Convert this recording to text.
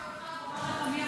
אמור לי מי